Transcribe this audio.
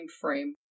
frame